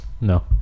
No